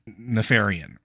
Nefarian